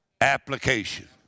Application